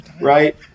right